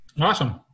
Awesome